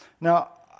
Now